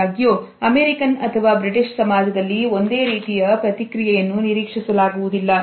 ಆದಾಗ್ಯೂ ಅಮೆರಿಕನ್ ಅಥವಾ ಬ್ರಿಟಿಷ್ ಸಮಾಜದಲ್ಲಿ ಒಂದೇ ರೀತಿಯ ಪ್ರತಿಕ್ರಿಯೆಯನ್ನು ನಿರೀಕ್ಷಿಸಲಾಗುವುದಿಲ್ಲ